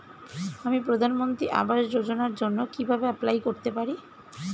আমি প্রধানমন্ত্রী আবাস যোজনার জন্য কিভাবে এপ্লাই করতে পারি?